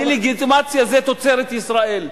הדה-לגיטימציה זה תוצרת ישראל,